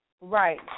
Right